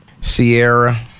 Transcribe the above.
Sierra